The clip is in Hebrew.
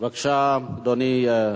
בבקשה, אדוני.